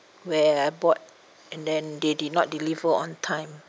where I bought and then they did not deliver on time